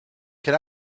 can